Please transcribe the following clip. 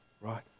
Right